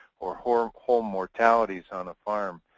or whole whole mortalities on a farm,